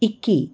इक्की